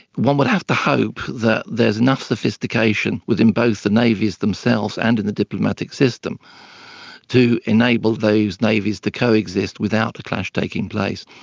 one would have to hope that there is enough sophistication within both the navies themselves and in the diplomatic system to enable those navies to coexist without a clash taking place,